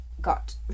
got